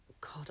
god